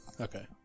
Okay